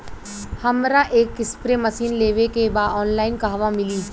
हमरा एक spray machine लेवे के बा ऑनलाइन कहवा मिली?